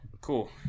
cool